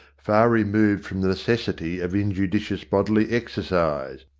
far removed from the necessity of injudicious bodily exercise,